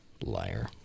Liar